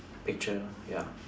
picture ya